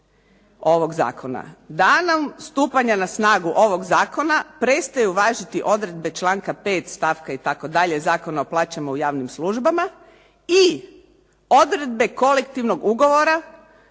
ovog zakona "Danom stupanja na snagu ovog zakona, prestaju važiti odredbe članka 5. itd. Zakona o plaćama u javnim službama i odredbe kolektivnog ugovora